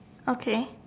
okay